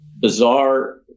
bizarre